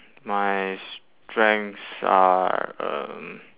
my strengths are um